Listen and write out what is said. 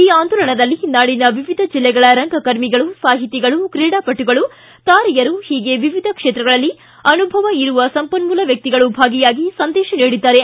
ಈ ಆಂದೋಲನದಲ್ಲಿ ನಾಡಿನ ವಿವಿಧ ಜಿಲ್ಲೆಗಳ ರಂಗಕರ್ಮಿಗಳು ಸಾಹಿತಿಗಳು ಕ್ರೀಡಾಪಟುಗಳು ತಾರೆಯರು ಹೀಗೆ ವಿವಿಧ ಕ್ಷೇತ್ರಗಳಲ್ಲಿ ಅನುಭವ ಇರುವ ಸಂಪನ್ನೂಲ ವ್ಯಕ್ತಿಗಳು ಭಾಗಿಯಾಗಿ ಸಂದೇಶ ನೀಡಿದ್ದಾರೆ